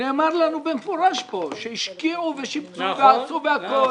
נאמר לנו במפורש פה שהשקיעו ושיפצו ועשו והכול.